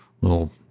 little